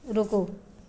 रुकू